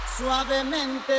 Suavemente